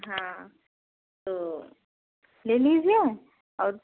हाँ तो ले लीजिए और